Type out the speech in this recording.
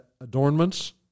adornments